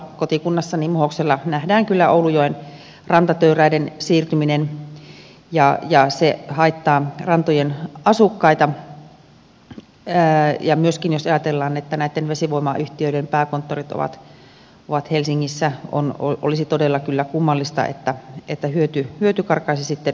kotikunnassani muhoksella nähdään kyllä oulu joen rantatöyräiden siirtyminen ja se haittaa rantojen asukkaita ja myöskin jos ajatellaan että näitten vesivoimayhtiöiden pääkonttorit ovat helsingissä olisi todella kyllä kummallista että hyöty karkaisi sitten espooseen pääkonttoriin